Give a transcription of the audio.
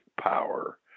power